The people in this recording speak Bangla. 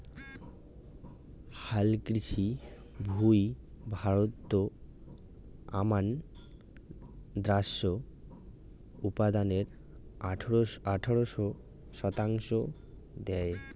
হালকৃষি ভুঁই ভারতত আমান দ্যাশজ উৎপাদনের আঠারো শতাংশ দ্যায়